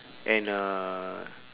and uh